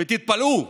ותתפלאו,